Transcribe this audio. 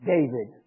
David